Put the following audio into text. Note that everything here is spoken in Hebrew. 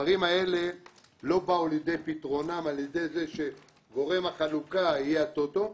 הדברים לא באו לידי פתרונם על ידי זה שגורם החלוקה יהיה הטוטו,